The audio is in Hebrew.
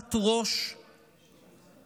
הרכנת ראש עצומה